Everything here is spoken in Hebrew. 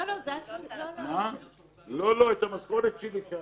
לא ל-25%, אבל הוא אמר: אל תיגע בזה.